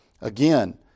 Again